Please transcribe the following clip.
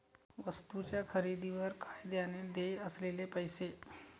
वस्तूंच्या खरेदीवर कायद्याने देय असलेले पैसे